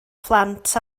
phlant